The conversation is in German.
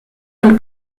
und